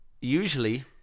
Usually